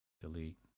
Delete